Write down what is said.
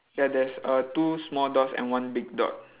ya there's err two small dots and one big dot